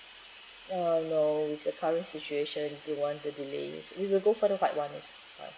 uh no with the current situation we want to delay we will go for the white one